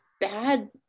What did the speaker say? bad